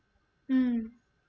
mm